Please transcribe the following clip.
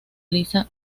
lisa